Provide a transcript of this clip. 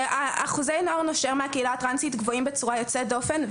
אחוזי הנוער הנושר מהקהילה הטרנסית הם גבוהים בצורה יוצאת דופן,